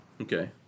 Okay